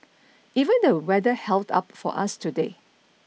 even the weather held up for us today